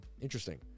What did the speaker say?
interesting